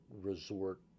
resort